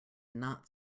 not